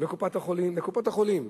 לקופת-החולים, לקופות-החולים,